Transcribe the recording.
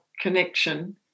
connection